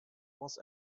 was